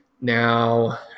now